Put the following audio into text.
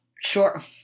Sure